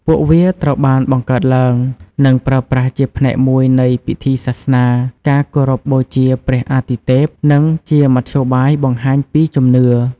ពួកវាត្រូវបានបង្កើតឡើង និងប្រើប្រាស់ជាផ្នែកមួយនៃ ពិធីសាសនា ការគោរពបូជាព្រះអាទិទេព និងជាមធ្យោបាយបង្ហាញពីជំនឿ។